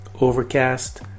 Overcast